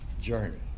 journey